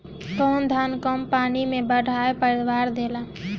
कौन धान कम पानी में बढ़या पैदावार देला?